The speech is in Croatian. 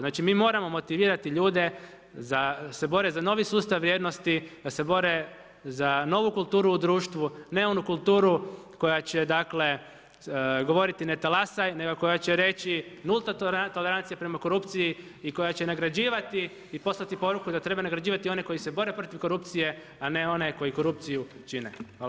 Znači mi moramo motivirati ljude da se bore za novi sustav vrijednosti, da se bore za novu kulturu u društvu, ne onu kulturu koja će govoriti ne talasaj, nego koja će reći, nulta tolerancija prema korupciji i koja će nagrađivati i poslati poruku da treba nagrađivati one koji se bore protiv korupciju, a ne one koji korupciju čine.